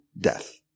death